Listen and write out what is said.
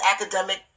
academic